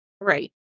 Right